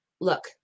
look